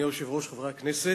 אדוני היושב-ראש, חברי הכנסת,